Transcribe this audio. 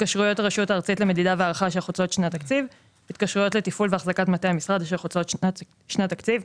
בפזורה אשר מתואמות עם שנת הלימודים וחוצות שנת תקציב,